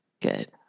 Good